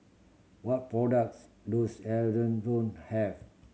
what products does have